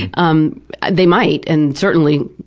um they might, and certainly,